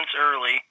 early